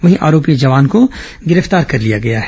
वहीं आरोपी जवान को गिरफ्तार कर लिया गया है